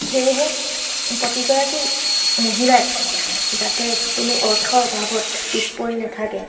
সেয়েহে প্ৰতিগৰাকী মহিলাই যাতে কোনো অৰ্থৰ অভাৱত পিছ পৰি নাথাকে